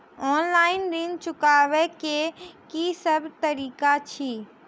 Online ऋण चुकाबै केँ की सब तरीका अछि?